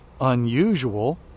unusual